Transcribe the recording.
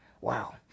Wow